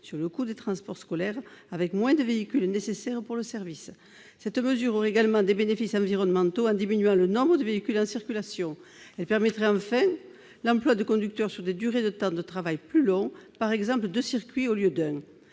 sur le coût du transport scolaire, avec moins de véhicules nécessaires pour le service. Cette mesure produirait également des bénéfices environnementaux en diminuant le nombre de véhicules en circulation. Elle permettrait enfin l'emploi des conducteurs sur des durées de travail plus longues, par exemple avec deux circuits au lieu d'un.